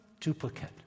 duplicate